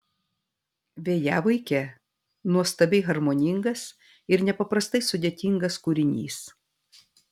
vėjavaikė nuostabiai harmoningas ir nepaprastai sudėtingas kūrinys